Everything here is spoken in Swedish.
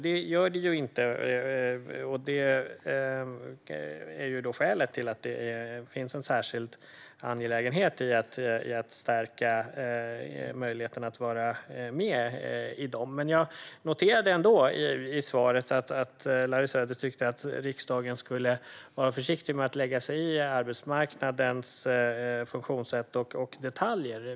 Det gör det ju inte, och det är skälet till att det finns en särskild angelägenhet i att stärka möjligheten att vara med i dem. Jag noterade i svaret att Larry Söder tyckte att riksdagen skulle vara försiktig med att lägga sig i arbetsmarknadens funktionssätt och detaljer.